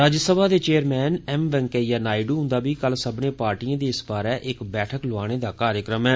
राज्यसभा दे chairman M Venkaiah Naidu हुन्दा बी कल सब्बने पार्टिएं दी इस बारै इक बैठक लोआने दा कार्यक्रम ऐ